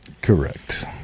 Correct